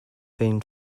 been